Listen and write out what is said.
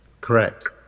Correct